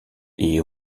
est